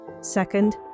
Second